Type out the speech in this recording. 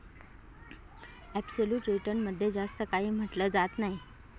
absolute return मध्ये जास्त काही म्हटलं जात नाही